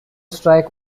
strike